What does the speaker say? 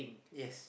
yes